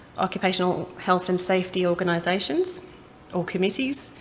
occupational health and safety organisations or committees